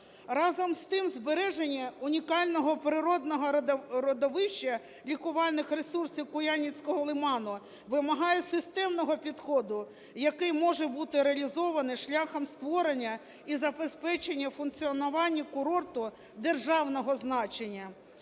Разом з тим збереження унікального природного родовища лікувальних ресурсів Куяльницького лиману вимагає системного підходу, який може бути реалізований шляхом створення і забезпечення функціонування курорту державного значення.